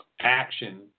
action